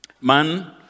Man